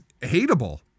hateable